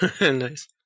Nice